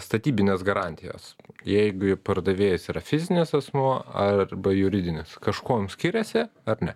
statybinės garantijos jeigu ir pardavėjas yra fizinis asmuo arba juridinis kažkuom skiriasi ar ne